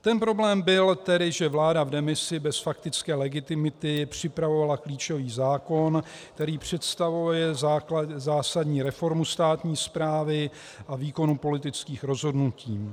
Ten problém byl tedy, že vláda v demisi bez faktické legitimity připravovala klíčový zákon, který představuje zásadní reformu státní správy a výkonu politických rozhodnutí.